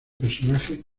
personaje